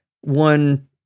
one